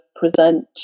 present